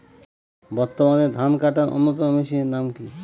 বর্তমানে ধান কাটার অন্যতম মেশিনের নাম কি?